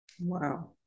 Wow